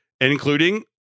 including